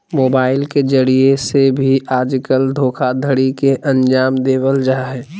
mobile के जरिये से भी आजकल धोखाधडी के अन्जाम देवल जा हय